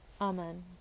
Amen